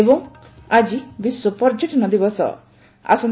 ଏବଂ ଆଜି ବିଶ୍ୱ ପର୍ଯ୍ୟଟନ ଦିବସ